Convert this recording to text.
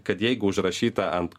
kad jeigu užrašyta ant